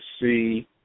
see